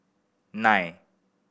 nine